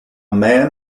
man